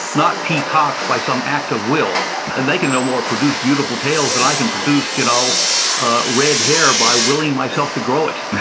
not peacocks by some act of will. and they can no more produce beautiful tails than i can produce you know ah red hair by willing myself to grow it.